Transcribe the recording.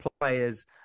players